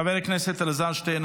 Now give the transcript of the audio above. חבר הכנסת אלעזר שטרן,